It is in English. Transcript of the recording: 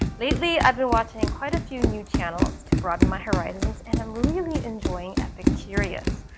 lately i've been watching and quite a few new channels to broaden my horizons and i'm really enjoying epicurious.